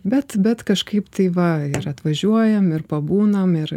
bet bet kažkaip tai va ir atvažiuojam ir pabūnam ir